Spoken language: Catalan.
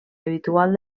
habitual